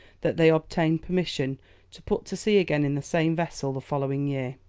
that they obtained permission to put to sea again in the same vessel the following year.